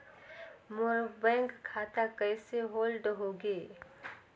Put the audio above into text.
मोर bank खाता कइसे hold होगे?